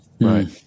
Right